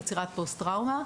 יצירת פוסט-טראומה,